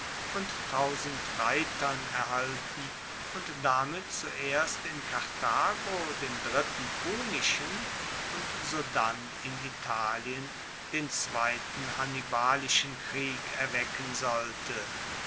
und reitern erhalten und damit zuerst in karthago den dritten punischen und sodann in italien den zweiten hannibalischen krieg erwecken sollte